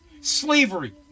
slavery